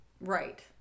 Right